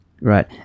Right